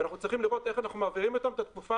אנחנו צריכים לראות איך אנחנו מעבירים אותם את התקופה